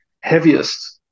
heaviest